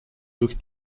durch